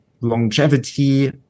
longevity